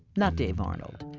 not dave arnold,